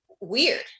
weird